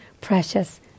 precious